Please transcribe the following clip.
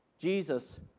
Jesus